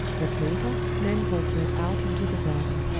but later nan called bert out into the garden.